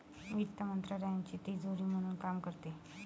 वित्त मंत्रालयाची तिजोरी म्हणून काम करते